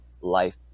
life